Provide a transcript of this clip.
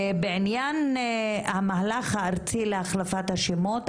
בעניין המהלך הארצי להחלפת השמות,